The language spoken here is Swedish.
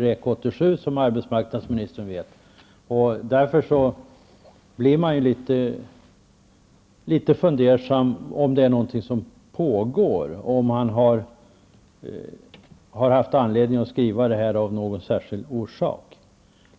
Han har, som arbetsmarknadsministern vet, varit expert i en utredning. Därför funderar man litet över om det är något som pågår och om han har haft någon särskild orsak att skriva